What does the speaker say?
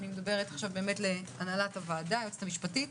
אני מדברת אל הנהלת הוועדה והיועצת המשפטית,